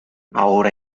ahora